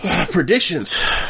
Predictions